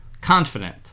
confident